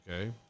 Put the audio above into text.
Okay